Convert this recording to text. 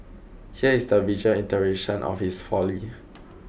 here is the visual iteration of his folly